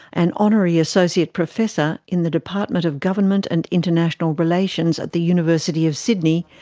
an honorary associate professor in the department of government and international relations at the university of sydney,